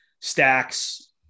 stacks